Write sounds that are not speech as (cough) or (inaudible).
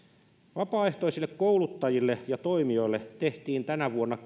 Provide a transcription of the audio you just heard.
vapaaehtoisille kouluttajille ja toimijoille tehtiin tänä vuonna (unintelligible)